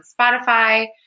spotify